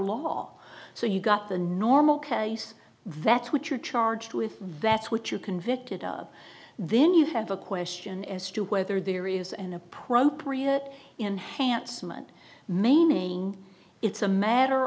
law so you've got the normal case that's what you're charged with that's what you're convicted of then you have a question as to whether there is an appropriate in handsome and maiming it's a matter